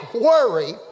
worry